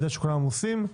יודע שכולם עמוסים,